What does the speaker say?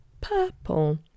purple